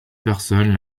personne